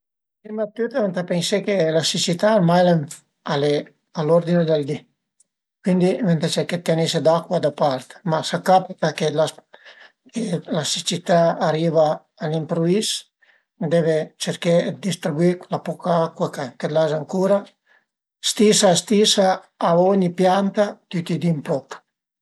Prima d'tüt ëntà pensé che la siccità ormai al e a l'urdine dël di, cuindi venta cerché dë tenise d'acua da part, ma s'a capita che l'as pa, che la siccità ariva a l'impruvis deve cerché dë distribuì la poca acua che l'as ancura, stisa a stisa a ogni pianta, tüti i di ën poch